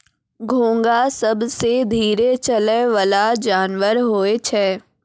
घोंघा सबसें धीरे चलै वला जानवर होय छै